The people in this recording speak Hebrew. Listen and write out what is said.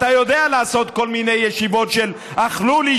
אתה יודע לעשות כל מיני ישיבות של "אכלו לי,